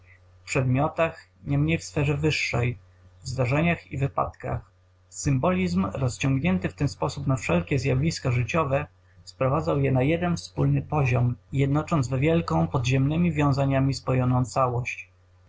w przedmiotach niemniej w sferze wyższej w zdarzeniach i wypadkach symbolizm rozciągnięty w ten sposób na wszelkie zjawiska życiowe sprowadzał je na jeden wspólny poziom jednocząc we wielką podziemnemi wiązaniami spojoną całość